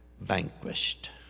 vanquished